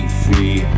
free